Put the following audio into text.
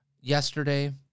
yesterday